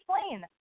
explain